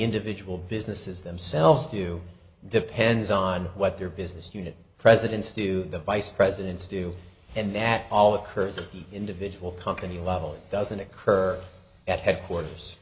individual businesses themselves do depends on what their business unit presidents do the vice presidents do and that all occurs at the individual company level it doesn't occur at headquarters